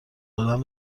دادن